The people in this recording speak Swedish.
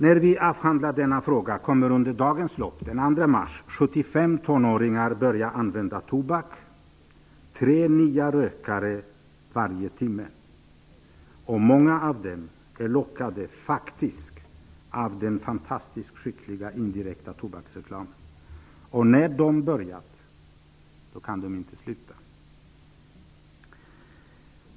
När vi avhandlar denna fråga kommer under dagens lopp, den 2 mars, 75 tonåringar att börja använda tobak. Det innebär tre nya rökare varje timme. Många av dem är faktiskt lockade av den fantastiskt skickliga indirekta tobaksreklamen. När de har börjat röka kan de inte sluta.